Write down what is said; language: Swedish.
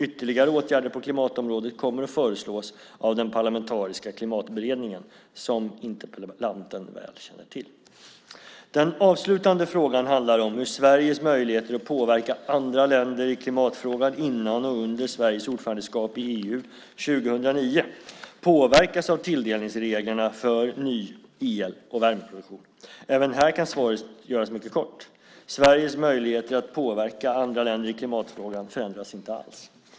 Ytterligare åtgärder på klimatområdet kommer att föreslås av den parlamentariska klimatberedningen, som interpellanten väl känner till. Den avslutande frågan handlar om hur Sveriges möjligheter att påverka andra länder i klimatfrågan före och under Sveriges ordförandeskap i EU 2009 påverkas av tilldelningsreglerna för ny el och värmeproduktion. Även här kan svaret göras mycket kort: Sveriges möjligheter att påverka andra länder i klimatfrågan förändras inte alls.